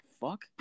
fuck